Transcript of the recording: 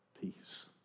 peace